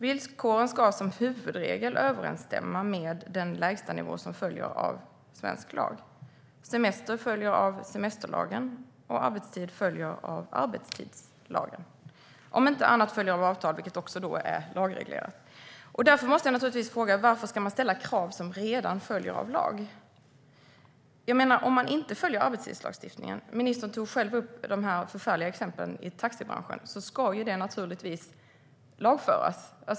Villkoren ska som huvudregel överensstämma med den lägstanivå som följer av svensk lag. Semester följer av semesterlagen, och arbetstid följer av arbetstidslagen - om inte annat följer av avtal, vilket också är lagreglerat. Varför ska man ställa krav som redan följer av lag? Om branschen inte följer arbetstidslagstiftningen - ministern tog själv upp de förfärliga exemplen i taxibranschen - ska det givetvis lagföras.